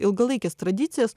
ilgalaikes tradicijas